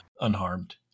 unharmed